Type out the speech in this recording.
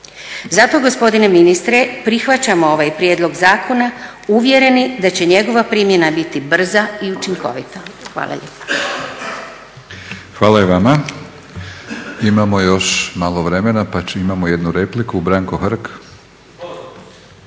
Zato gospodine ministre prihvaćamo ovaj prijedlog zakona uvjereni da će njegova primjena biti brza i učinkovita. Hvala lijepa. **Batinić, Milorad (HNS)** Hvala i vama. Imamo još malo vremena pa imamo jednu repliku, Branko Hrg.